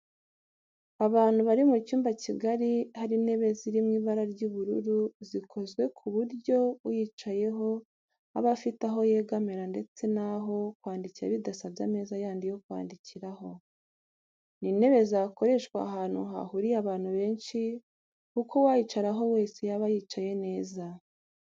Abantu bari mu cyumba kigari hari intebe ziri mu ibara ry'ubururu zikozwe ku buryo uyicayeho aba afite aho yegamira ndetse n'aho kwandikira bidasabye ameza yandi yo kwandikiraho. Ni intebe zakoreshwa ahantu hahuriye abantu benshi kuko uwayicaraho wese yaba yicaye neza